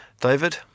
David